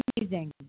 amazing